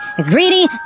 Greedy